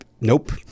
nope